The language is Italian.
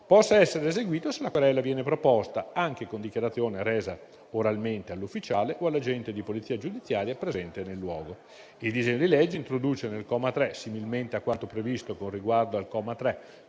possa essere eseguito se la querela viene proposta anche con dichiarazione resa oralmente all'ufficiale o all'agente di polizia giudiziaria presente nel luogo. Il disegno di legge introduce, nel comma 3, similmente a quanto previsto con riguardo al comma 3